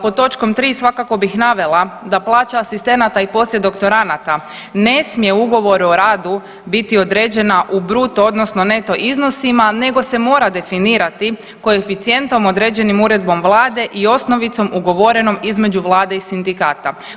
Pod točkom 3 svakako bih navela da plaća asistenata i poslijedoktoranada ne smije ugovoru o radu biti određena u bruto odnosno neto iznosima nego se mora definirati koeficijentom određenim uredbom Vlade i osnovicom ugovorenom između Vlade i sindikata.